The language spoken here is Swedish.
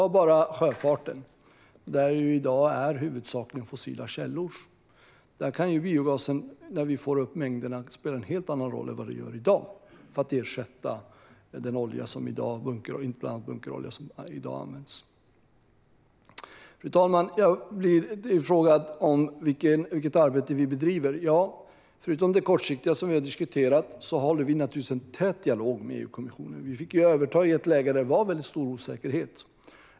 Ta sjöfarten, där det i dag huvudsakligen är fossila källor och där biogasen, när vi får upp mängderna, kan spela en helt annan roll än i dag för att ersätta den olja, bland annat bunkerolja, som används. Fru talman! Jag blev tillfrågad om vilket arbete vi bedriver. Förutom det kortsiktiga, som vi har diskuterat, har vi naturligtvis en tät dialog med EU-kommissionen. Vi fick överta i ett läge där det var väldigt stor osäkerhet.